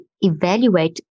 evaluate